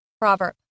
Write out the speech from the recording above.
Proverb